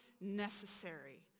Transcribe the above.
necessary